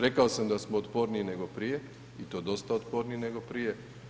Rekao sam da smo otporniji nego prije i to dosta otporniji nego prije.